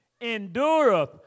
endureth